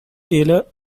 taylor